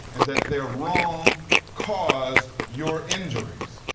and that their wrong caused your injuries.